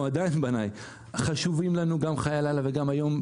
או עדיין בניי חשובים לנו גם חיי הלילה וגם היום,